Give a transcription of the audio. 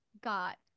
got